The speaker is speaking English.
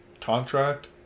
contract